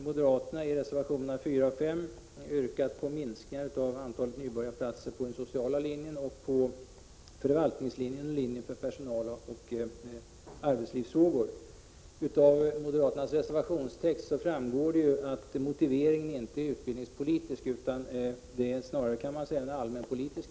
Moderaterna har i reservationerna 4 och 5 yrkat på minskning av antalet nybörjarplatser på den sociala linjen och på förvaltningslinjen och linjen för personaloch arbetslivsfrågor. Av reservationstexten framgår det att motiveringen inte är utbildningspolitisk utan snarare allmänpolitisk.